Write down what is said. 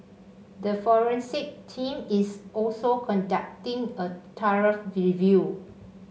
a forensic team is also conducting a thorough review